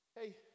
Hey